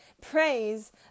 Praise